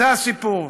זה הסיפור.